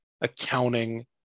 accounting